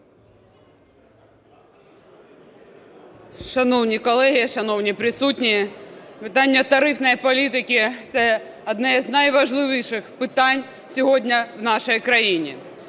Шановні колеги, шановні присутні, питання тарифної політики – це одне із найважливіших питань сьогодні в нашій країні.